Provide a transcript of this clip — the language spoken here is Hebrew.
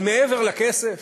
אבל מעבר לכסף,